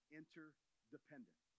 interdependent